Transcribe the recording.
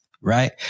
right